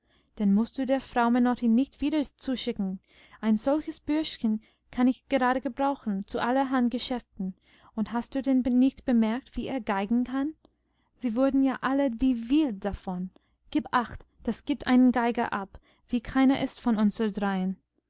den mußt du der frau menotti nicht wieder zuschicken ein solches bürschchen kann ich gerade gebrauchen zu allerhand geschäften und hast du denn nicht bemerkt wie er geigen kann sie wurden ja alle wie wild davon gib acht das gibt einen geiger ab wie keiner ist von unseren dreien